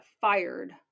fired